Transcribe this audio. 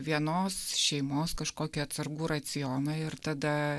vienos šeimos kažkokį atsargų racioną ir tada